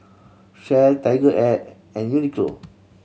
Shell TigerAir and Uniqlo